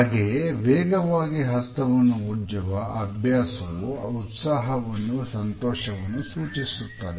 ಹಾಗೆಯೇ ವೇಗವಾಗಿ ಹಸ್ತವನ್ನು ಉಜ್ಜುವ ಅಭ್ಯಾಸವು ಉತ್ಸಾಹವನ್ನು ಸಂತೋಷವನ್ನು ಸೂಚಿಸುತ್ತದೆ